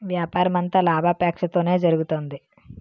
వ్యాపారమంతా లాభాపేక్షతోనే జరుగుతుంది